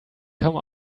come